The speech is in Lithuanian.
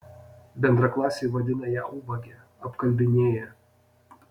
bendraklasiai vadina ją ubage apkalbinėja